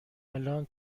الان